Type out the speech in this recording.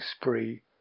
spree